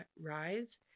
rise